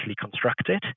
constructed